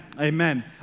Amen